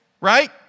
right